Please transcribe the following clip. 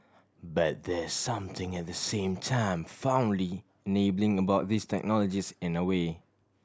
but there's something at the same time fondly enabling about these technologies in a way